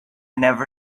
never